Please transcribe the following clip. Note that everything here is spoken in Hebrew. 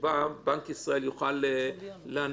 שבה בנק ישראל יוכל להנפיק